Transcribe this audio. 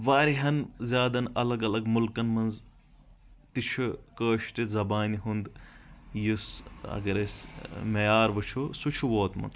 واریاہن زیادٕ الگ الگ مُلکن منٛز تہِ چھُ کٲشرِ زبانہِ ہُنٛد یُس اگر أسۍ معیار وٕچھو سُہ ووتمُت